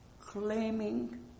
claiming